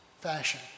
fashion